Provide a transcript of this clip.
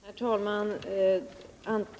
Herr talman!